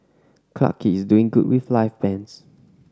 Clarke Quay is doing good with live bands